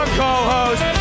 co-host